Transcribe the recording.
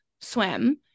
swim